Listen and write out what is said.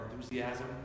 enthusiasm